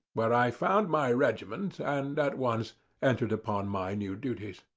where i found my regiment, and at once entered upon my new duties.